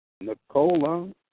Nicola